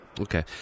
Okay